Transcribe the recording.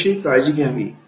याविषयी काळजी घ्यावी